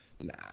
Nah